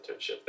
internship